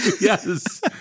Yes